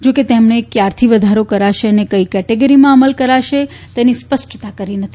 જો કે તેમણે ક્યારથી વધારો કરાશે અને કઇ કેટેગરીમાં અમલ કરાશે એની સ્પષ્ટતા કરી નથી